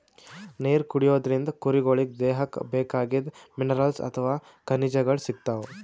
ನೀರ್ ಕುಡಿಯೋದ್ರಿಂದ್ ಕುರಿಗೊಳಿಗ್ ದೇಹಕ್ಕ್ ಬೇಕಾಗಿದ್ದ್ ಮಿನರಲ್ಸ್ ಅಥವಾ ಖನಿಜಗಳ್ ಸಿಗ್ತವ್